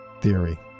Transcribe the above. theory